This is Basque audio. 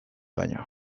baino